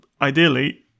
ideally